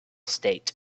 state